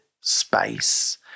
space